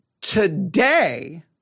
today